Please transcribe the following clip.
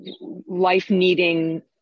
life-needing